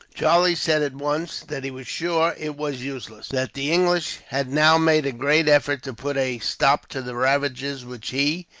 charlie said at once that he was sure it was useless, that the english had now made a great effort to put a stop to the ravages which he,